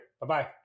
Bye-bye